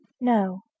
No